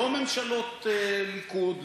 לא ממשלות ליכוד,